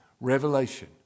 Revelation